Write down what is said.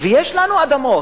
ויש לנו אדמות,